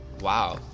wow